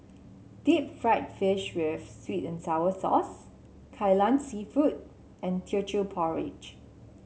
Deep Fried Fish with sweet and sour sauce Kai Lan seafood and Teochew Porridge